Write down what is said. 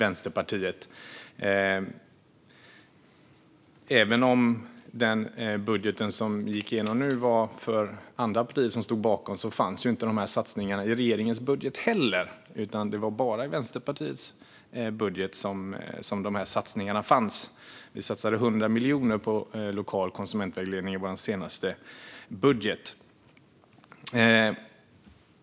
Även om det var andra partier som stod bakom den budget som gick igenom nu fanns ju inte de här satsningarna i regeringens budget heller, utan det var bara i Vänsterpartiets budget som de här satsningarna fanns. Vi satsade 100 miljoner på lokal konsumentvägledning i vår senaste budget.